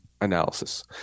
analysis